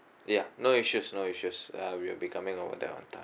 ya no issues no issues uh we will be coming over there lah